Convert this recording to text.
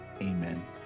amen